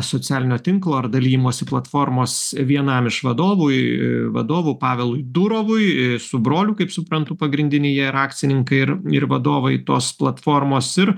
socialinio tinklo ar dalijimosi platformos vienam iš vadovui vadovų pavelui durovui su broliu kaip suprantu pagrindiniai jie yra akcininkai ir ir vadovai tos platformos ir